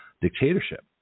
dictatorship